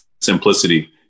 simplicity